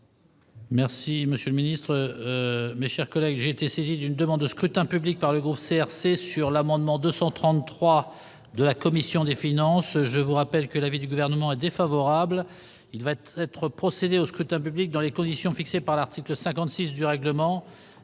Merci, monsieur le Ministre, mes chers collègues, j'ai été saisi d'une demande. C'est un public par le groupe CRC sur l'amendement 233 de la commission des finances, je vous rappelle que l'avis du gouvernement a défavorable, il va être procédé au scrutin public dans les conditions fixées par l'article 56 du règlement,